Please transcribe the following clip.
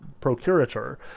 procurator